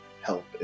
help